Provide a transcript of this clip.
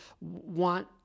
want